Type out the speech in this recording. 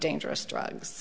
dangerous drugs